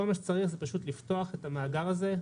כל מה שצריך זה פשוט לפתוח את המאגר הזה,